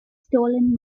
stolen